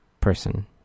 person